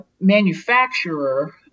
manufacturer